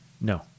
No